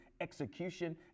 execution